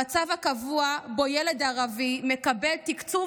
המצב הקבוע שבו ילד ערבי מקבל תקצוב